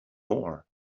more